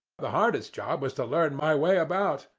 the hardest job was to learn my way about,